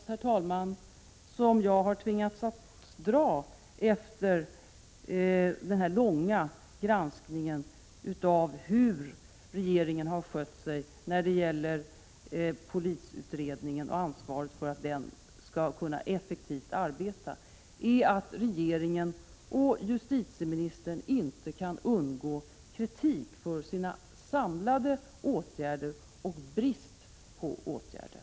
Den slutsats som jag har tvingats dra efter den långa granskningen av hur regeringen har skött sig när det gäller polisutredningen och ansvaret för att den skall kunna arbeta effektivt är att regeringen och justitieministern inte kan undgå kritik för sina samlade åtgärder och brist på åtgärder.